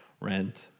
rent